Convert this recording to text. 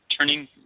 Turning